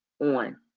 on